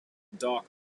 dock